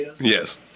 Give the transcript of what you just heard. Yes